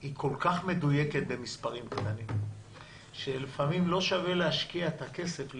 היא כל כך מדויקת לעומת מספרים קטנים שלפעמים לא שווה להשקיע את הכסף,